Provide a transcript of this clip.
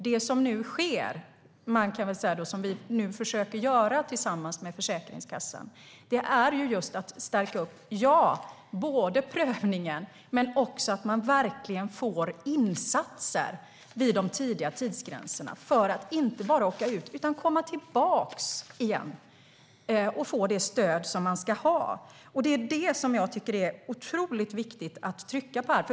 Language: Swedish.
Det som vi nu försöker göra tillsammans med Försäkringskassan är att stärka prövningen men också se till att man verkligen får insatser vid de tidiga tidsgränserna. Man ska inte bara åka ut utan ska komma tillbaka igen och få det stöd man ska ha. Det tycker jag är otroligt viktigt att trycka på.